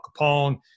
Capone